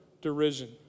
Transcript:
derision